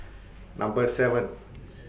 Number seven